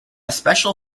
special